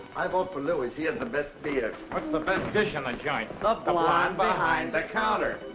i vote for louis. he has the best beer. what's the best dish in the joint? but the blonde behind the counter!